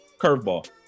curveball